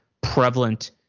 prevalent